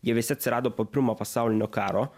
jie visi atsirado po pirmo pasaulinio karo